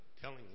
telling